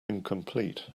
incomplete